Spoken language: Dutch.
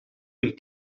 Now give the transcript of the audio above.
een